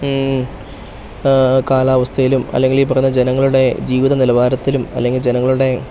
കാലാവസ്ഥയിലും അല്ലെങ്കിൽ ഈ പറയുന്ന ജനങ്ങളുടെ ജീവിത നിലവാരത്തിലും അല്ലെങ്കിൽ ജനങ്ങളുടെ